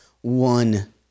one